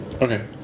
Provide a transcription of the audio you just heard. Okay